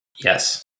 yes